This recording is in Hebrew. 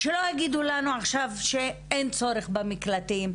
שלא יגידו לנו עכשיו שאין צורך במקלטים.